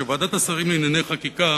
שוועדת השרים לענייני חקיקה